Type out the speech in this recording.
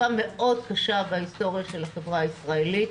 תקופה קשה מאוד בהיסטוריה של החברה הישראלית,